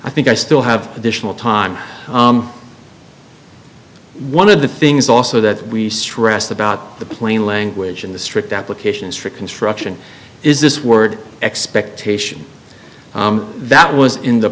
i think i still have additional time one of the things also that we stressed about the plain language in the strict applications for construction is this word expectation that was in the